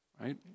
right